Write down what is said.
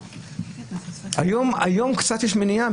היום יש קצת מניעה,